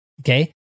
Okay